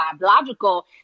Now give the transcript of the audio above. biological